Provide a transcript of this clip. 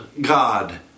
God